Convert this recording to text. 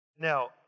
Now